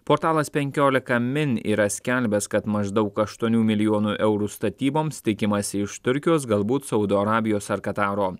portalas penkiolika min yra skelbęs kad maždaug aštuonių milijonų eurų statyboms tikimasi iš turkijos galbūt saudo arabijos ar kataro